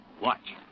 Watch